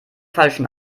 falschen